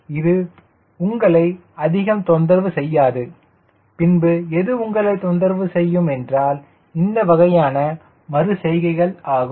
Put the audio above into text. எனவே இது உங்களை அதிகம் தொந்தரவு செய்யாது பின்பு எது உங்களை தொந்தரவு செய்யும் என்றால் இந்த வகையான மறு செய்கைகள் ஆகும்